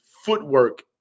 footwork